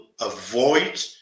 avoid